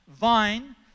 vine